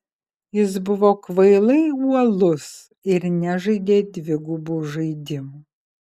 jis buvo kvailai uolus ir nežaidė dvigubų žaidimų